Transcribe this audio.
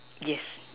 yes